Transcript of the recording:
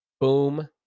Boom